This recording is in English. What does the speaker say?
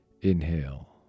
inhale